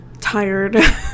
Tired